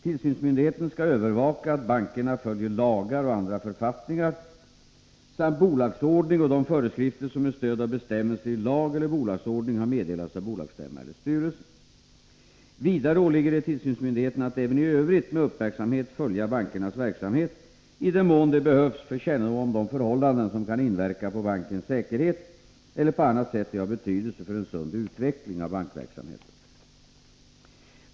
Tillsynsmyndigheten skall övervaka att bankerna följer lagar och andra författningar samt bolagsordning och de föreskrifter som med stöd av bestämmelser i lag eller bolagsordning har meddelats av bolagsstämma eller styrelse. Vidare åligger det tillsynsmyndigheten att även i övrigt med uppmärksamhet följa bankernas verksamhet i den mån det behövs för kännedom om de förhållanden som kan inverka på bankens säkerhet eller på annat sätt är av betydelse för en sund utveckling av bankverksamheten.